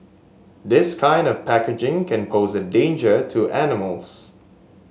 this kind of packaging can pose a danger to animals